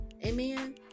Amen